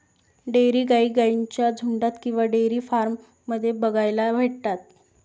dairy गाई गाईंच्या झुन्डात किंवा डेयरी फार्म मध्ये बघायला भेटतात